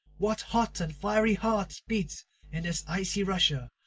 what hot and fiery hearts beat in this icy russia,